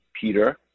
Peter